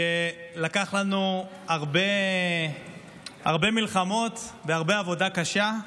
שלקח לנו הרבה מלחמות והרבה עבודה קשה,